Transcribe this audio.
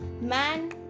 man